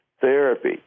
therapy